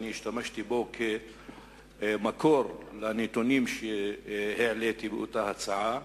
השתמשתי כמקור לנתונים שהעליתי באותה הצעה.